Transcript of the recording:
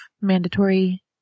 mandatory